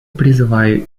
призываю